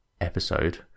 episode